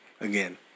again